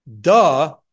Duh